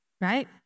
right